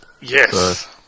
Yes